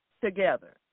together